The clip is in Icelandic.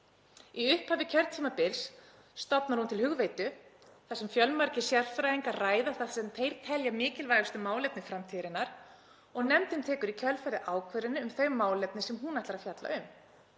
Í upphafi kjörtímabils stofnar hún til hugveitu þar sem fjölmargir sérfræðingar ræða það sem þeir telja mikilvægustu málefni framtíðarinnar og nefndin tekur í kjölfarið ákvörðun um þau málefni sem hún ætlar að fjalla um.